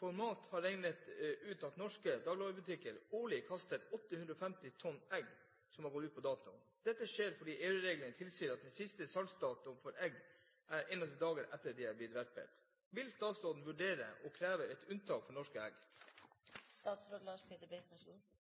for egg er 21 dager etter at de er verpet. Vil statsråden vurdere å kreve unntak for norske egg?»